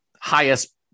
highest